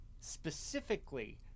specifically